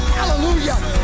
hallelujah